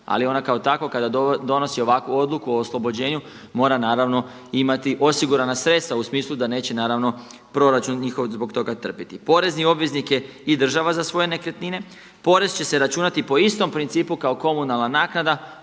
Ali ona kao takva kada donosi ovakvu odluku o oslobođenju mora naravno imati osigurana sredstva u smislu da neće naravno proračun njihov zbog toga trpiti. Porezni obveznik je i država za svoje nekretnine. Porez će se računati po istom principu kao komunalna naknada.